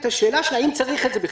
עדיין קיימת השאלה אם צריך את זה בכלל.